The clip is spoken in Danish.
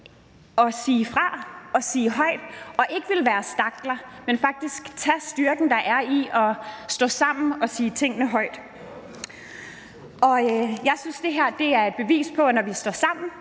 og sige fra og sige det højt og ikke være stakler, men faktisk tage den styrke, der er i at stå sammen og sige tingene højt. Jeg synes, det her er et bevis på, at når vi står sammen,